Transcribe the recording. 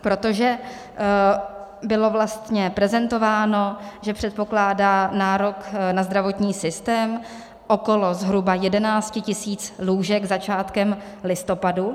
Protože bylo vlastně prezentováno, že předpokládá nárok na zdravotní systém okolo zhruba 11 tisíc lůžek začátkem listopadu.